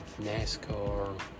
NASCAR